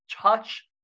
touch